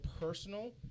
personal